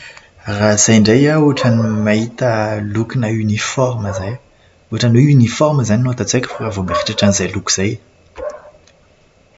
Raha izay indray an, ohatran'ny mahita lokona "uniforme" izay. Ilay "uniforme" izany no ato an-tsaiko raha vao mieritreritra an'izay loko izay.